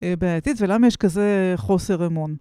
בעתיד, ולמה יש כזה חוסר אמון?